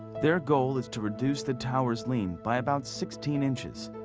their goal is to reduce the tower's lean by about sixteen inches.